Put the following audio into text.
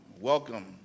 welcome